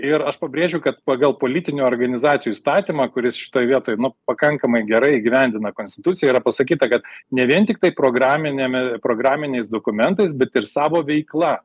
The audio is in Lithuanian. ir aš pabrėžiu kad pagal politinių organizacijų įstatymą kuris šitoj vietoj nu pakankamai gerai įgyvendina konstituciją yra pasakyta kad ne vien tiktai programiniame programiniais dokumentais bet ir savo veikla